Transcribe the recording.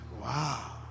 Wow